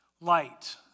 light